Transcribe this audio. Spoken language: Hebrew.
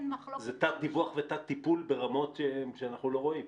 זה תת דיווח ותת טיפול ברמות שאנחנו לא רואים.